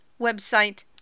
website